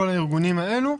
כל הארגונים האלו,